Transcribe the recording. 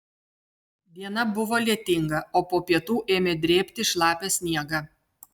diena buvo lietinga o po pietų ėmė drėbti šlapią sniegą